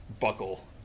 buckle